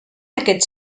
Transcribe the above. aquest